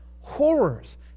horrors